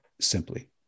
simply